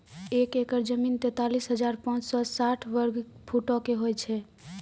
एक एकड़ जमीन, तैंतालीस हजार पांच सौ साठ वर्ग फुटो के होय छै